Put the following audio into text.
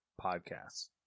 podcasts